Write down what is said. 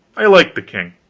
i liked the king,